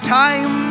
time